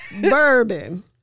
bourbon